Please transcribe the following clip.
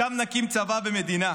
שם נקים צבא ומדינה.